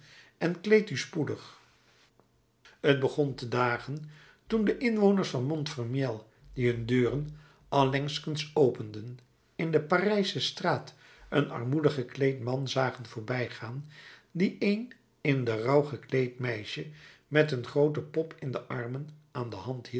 en kleed u spoedig t begon te dagen toen de inwoners van montfermeil die hun deuren allengskens openden in de parijsche straat een armoedig gekleed man zagen voorbijgaan die een in den rouw gekleed meisje met een groote pop in de armen aan de hand